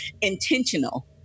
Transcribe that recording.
intentional